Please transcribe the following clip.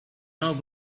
now